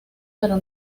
pero